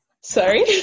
sorry